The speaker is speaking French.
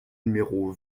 numéro